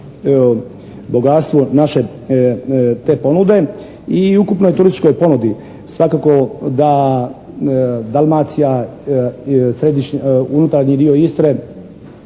bogatstvu naše te ponude i ukupnoj turističkoj ponudi. Svakako da Dalmacija, unutarnji dio Istre,